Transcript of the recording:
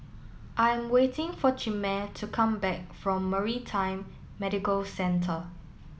I'm waiting for Chimere to come back from Maritime Medical Centre